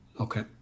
Okay